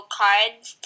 cards